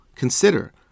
Consider